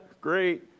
great